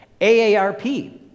AARP